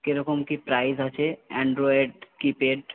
কেরকম কি প্রাইস আছে অ্যান্ড্রয়েড কি প্যাড